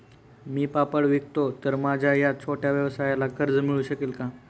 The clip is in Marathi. मी पापड विकतो तर माझ्या या छोट्या व्यवसायाला कर्ज मिळू शकेल का?